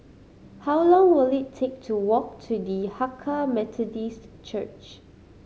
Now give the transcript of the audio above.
how long will it take to walk to the Hakka Methodist Church